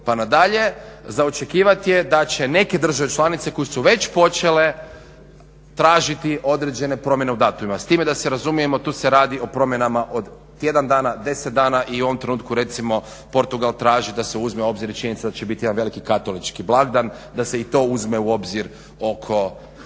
pa na dalje, za očekivati je da će neke države članice koje su već počele tražiti određene promjene u datumima s time da se razumijemo tu se radi o promjenama od tjedan dana, 10 dana i u ovom trenutku recimo Portugal traži da se uzme u obzir i činjenica da će biti jedan veliki katolički blagdan, da se i to uzme u obzir oko